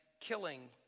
killing